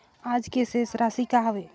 आज के शेष राशि का हवे?